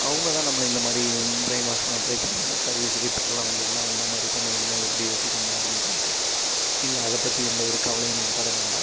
அவங்க தான் நம்மள இந்தமாதிரி பிரைன் வாஷ் பண்ண ட்ரை பண்ணுவாங்க சர்வீஸ் ரிப்பேர்லாம் வந்ததுனால் என்னமாதிரி பண்ணுவீங்க எப்படி யோசிப்பீங்க அப்படினு சொல்லிட்டு நீங்கள் அதை பற்றி எந்த ஒரு கவலையும் நீங்கள் பட வேண்டாம்